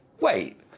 wait